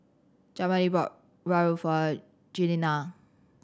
Jameel bought rawon for Glenna